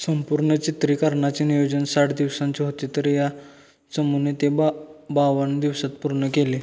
संपूर्ण चित्रीकरणाचे नियोजन साठ दिवसांचे होते तरी या चमूने ते बा बावन्न दिवसात पूर्ण केले